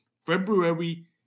february